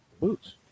Boots